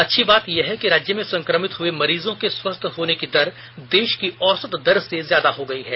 अच्छी बात यह है कि राज्य में संकमित हुए मरीजों के स्वस्थ होने की दर देश की औसत दर से ज्यादा हो गयी है